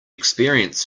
experience